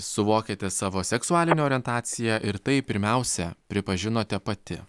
suvokiate savo seksualinę orientaciją ir tai pirmiausia pripažinote pati